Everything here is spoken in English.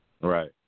Right